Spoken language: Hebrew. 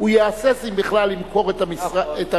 הוא יהסס אם בכלל למכור את המשרד,